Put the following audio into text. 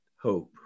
hope